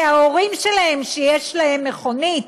כי ההורים שלהם שיש להם מכונית,